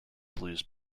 blues